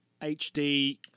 HD